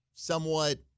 somewhat